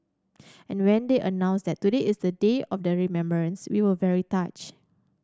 and when they announced that today is the day of the remembrance we were very touched